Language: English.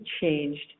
changed